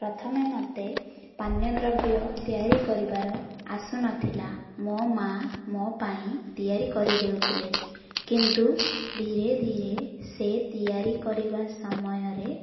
ପ୍ରଥମେ ମତେ ପାନୀୟ ଦ୍ରବ୍ୟ ତିଆରି କରିବାର ଆସୁନଥିଲା ମୋ ମା ମୋ ପାଇଁ ତିଆରି କରି ଦେଉଥିଲେ କିନ୍ତୁ ଧୀରେ ଧୀରେ ସେ ତିଆରି କରିବା ସମୟରେ